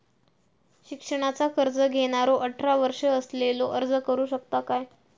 शिक्षणाचा कर्ज घेणारो अठरा वर्ष असलेलो अर्ज करू शकता काय?